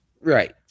Right